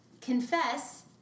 confess